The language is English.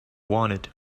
wanted